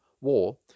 war